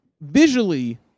visually